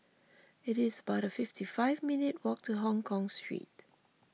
it is about fifty five minutes' walk to Hongkong Street